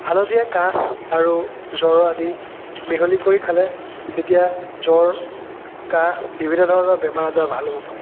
হালধিয়ে কাহ আৰু জ্বৰ আদি মিহলি কৰি খালে তেতিয়া জ্বৰ কাহ বিভিন্ন ধৰণৰ বেমাৰ আজাৰ ভাল হ'ব পাৰে